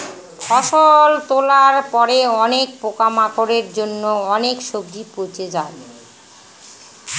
ফসল তোলার পরে অনেক পোকামাকড়ের জন্য অনেক সবজি পচে যায়